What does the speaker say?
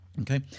Okay